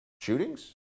shootings